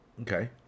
Okay